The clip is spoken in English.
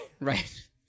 Right